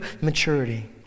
maturity